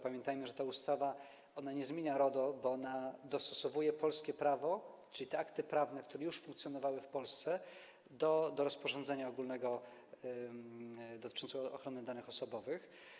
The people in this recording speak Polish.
Pamiętajmy, że ta ustawa nie zmienia RODO, ona dostosowuje polskie prawo, czyli te akty prawne, które już funkcjonowały w Polsce, do rozporządzenia ogólnego dotyczącego ochrony danych osobowych.